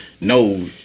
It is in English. no